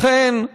לכן,